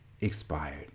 expired